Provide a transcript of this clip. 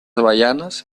avellanes